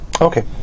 Okay